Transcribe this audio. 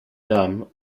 dame